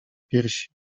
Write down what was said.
piersi